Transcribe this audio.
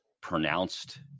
pronounced